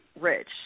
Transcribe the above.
rich